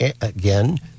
again